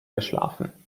geschlafen